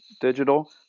digital